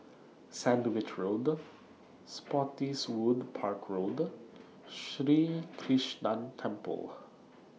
Sandwich Road Spottiswoode Park Road Sri Krishnan Temple